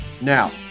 Now